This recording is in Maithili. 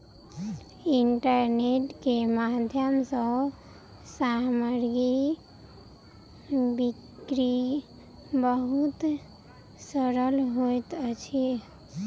इंटरनेट के माध्यम सँ सामग्री बिक्री बहुत सरल होइत अछि